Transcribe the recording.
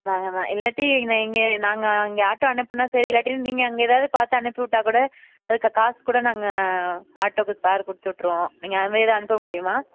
நாங்கள் ந எல்லாத்தையும் நான் இங்கே நாங்கள் அங்கே ஆட்டோ அனுப்பினா சரி இல்லாட்டியும் நீங்கள் அங்கே எதாவது பார்த்து அனுப்பி விட்டா கூட அதுக்கு காசு கூட நாங்கள் ஆட்டோவுக்கு ஸ்பேர் கொடுத்து விட்ருவோம் நீங்கள் அது மாரி எதாது அனுப்ப முடியுமா